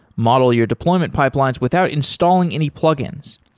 model your deployment pipelines without installing any plugins.